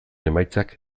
emaitzak